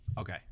Okay